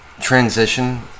transition